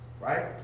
right